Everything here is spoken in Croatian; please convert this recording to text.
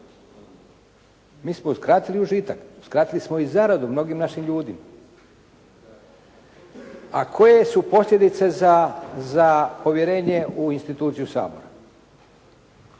Mi smo uskratili užitak, uskratili smo i zaradu mnogim našim ljudima. A koje su posljedice za povjerenje u instituciju Sabora?